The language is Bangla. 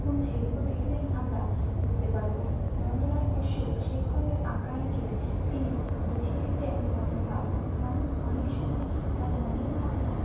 এবং সেগুলো দেখলেই আমরা বুঝতে পারবো নন্দলাল বসু সেই ধরনের আঁকা এঁকে তিনি বুঝিয়ে দিতেন মনের ভাবনা মানুষ অনেক সময় তার মনের ভাবনা